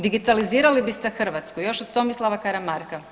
Digitalizirali biste Hrvatsku još od Tomislava Karamarka.